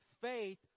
faith